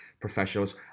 professionals